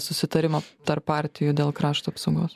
susitarimą tarp partijų dėl krašto apsaugos